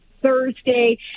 thursday